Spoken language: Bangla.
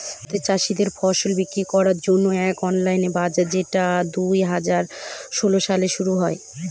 ভারতে চাষীদের ফসল বিক্রি করার জন্য এক অনলাইন বাজার যেটা দুই হাজার ষোলো সালে শুরু হয়